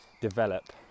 develop